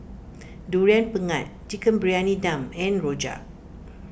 Durian Pengat Chicken Briyani Dum and Rojak